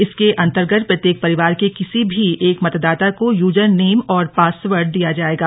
इसके अंतर्गत प्रत्येक परिवार के किसी भी एक मतदाता को यूजर नेम और पासवर्ड दिया जायेगा